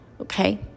okay